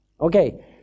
Okay